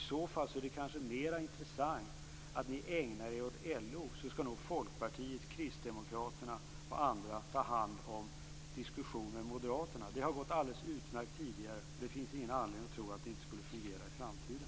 I så fall är det kanske mer intressant att ni ägnar er åt LO, så skall nog Folkpartiet, Kristdemokraterna och andra ta hand om diskussionen med Moderaterna. Det har gått alldeles utmärkt tidigare, och det finns ingen anledning att tro att det inte skulle fungera i framtiden.